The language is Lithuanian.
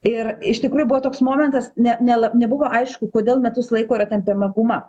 ir iš tikrųjų buvo toks momentas ne nela nebuvo aišku kodėl metus laiko yra tempiama guma